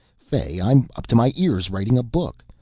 fay, i'm up to my ears writing a book.